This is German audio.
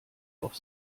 auf